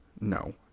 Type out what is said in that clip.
No